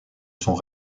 son